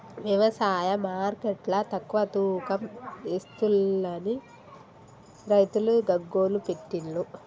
వ్యవసాయ మార్కెట్ల తక్కువ తూకం ఎస్తుంలని రైతులు గగ్గోలు పెట్టిన్లు